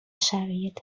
شرایط